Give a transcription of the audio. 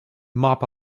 mop